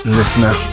listener